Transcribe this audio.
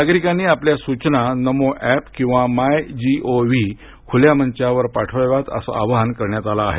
नागरिकांनी आपल्या सूचना नमो अधिकिंवा माय जी ओ व्ही खुल्या मंचावर पाठवाव्यात असं आवाहन करण्यात आलं आहे